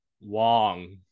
wong